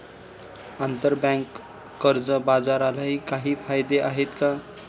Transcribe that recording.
आंतरबँक कर्ज बाजारालाही काही कायदे आहेत का?